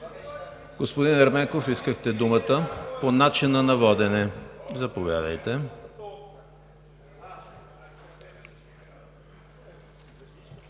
Господин Ерменков, искахте думата по начина на водене, заповядайте.